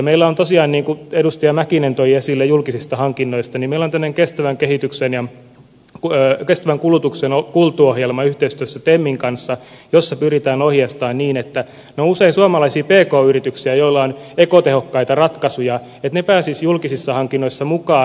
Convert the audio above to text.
meillä on tosiaan niin kuin edustaja mäkinen toi esille julkisista hankinnoista nimellä toinen kestävän kehityksen ja tämmöinen kestävän kulutuksen kultu ohjelma yhteistyössä temmin kanssa jossa pyritään ohjeistamaan niin että ne usein suomalaiset pk yritykset joilla on ekotehokkaita ratkaisuja pääsisivät julkisissa hankinnoissa mukaan